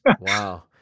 Wow